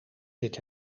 zit